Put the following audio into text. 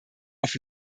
auf